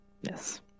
Yes